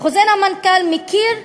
חוזר המנכ"ל מכיר,